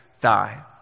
die